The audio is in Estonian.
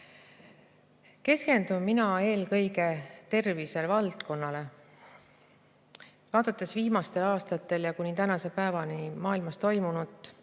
Keskendun mina eelkõige tervisevaldkonnale. Vaadates viimastel aastatel ja kuni tänase päevani maailmas toimunut